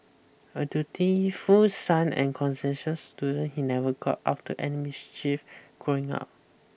a dutiful son and conscientious student he never got up to any mischief growing up